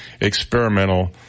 experimental